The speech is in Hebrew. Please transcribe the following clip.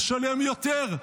משלם יותר.